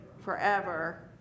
forever